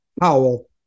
Powell